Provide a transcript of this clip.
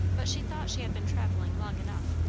but she thought she had been travelling long enough,